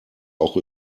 auch